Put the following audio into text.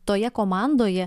toje komandoje